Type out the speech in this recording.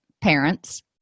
parents